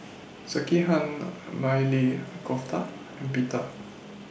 Sekihan Maili Kofta and Pita